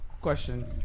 question